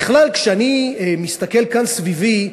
בכלל, כשאני מסתכל כאן, סביבי,